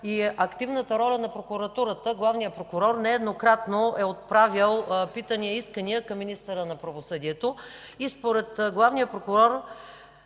и активната роля на прокуратурата. Главният прокурор нееднократно е отправял питания и искания към министъра на правосъдието. Според главния прокурор